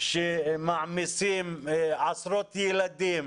מעמיסים עשרות ילדים